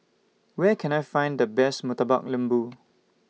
Where Can I Find The Best Murtabak Lembu